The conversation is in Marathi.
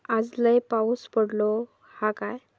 आज लय पाऊस पडतलो हा काय?